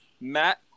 Matt